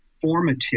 formative